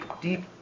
deep